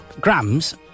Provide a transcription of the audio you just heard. grams